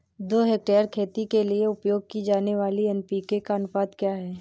दो हेक्टेयर खेती के लिए उपयोग की जाने वाली एन.पी.के का अनुपात क्या है?